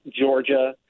Georgia